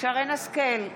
שרן מרים השכל,